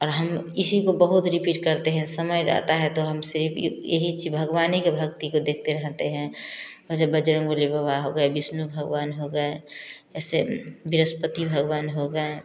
और हम इसी को बहुत रिपीट करते हैं समय रहता है तो हम सिर्फ यही भगवाने के भक्ति को देखते रहते हैं मुझे बजरंगबली बाबा हो गए विष्णु भगवान हो गए ऐसे बृहस्पति भगवान हो गए